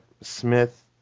Smith